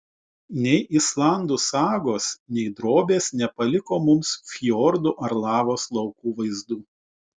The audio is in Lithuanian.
nei islandų sagos nei drobės nepaliko mums fjordų ar lavos laukų vaizdų